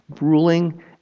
ruling